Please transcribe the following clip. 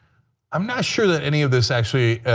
i'm not sure that any of this actually